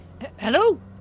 Hello